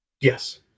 yes